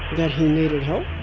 that he needed help,